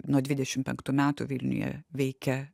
nuo dvidešim penktų metų vilniuje veikia